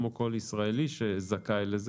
כמו כל ישראלי שזכאי לזה,